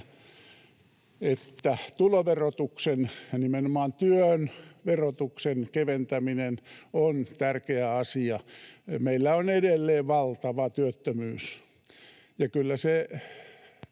että tuloverotuksen — ja nimenomaan työn verotuksen — keventäminen on tärkeä asia. Meillä on edelleen valtava työttömyys,